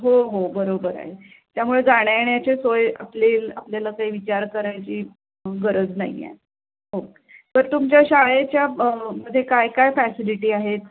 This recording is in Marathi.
हो हो बरोबर आहे त्यामुळे जाण्यायेण्याच्या सोय आपले आपल्याला काही विचार करायची गरज नाही आहे हो तर तुमच्या शाळेच्यामध्ये काय काय फॅसिलिटी आहेत